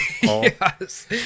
Yes